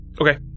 Okay